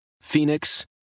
Phoenix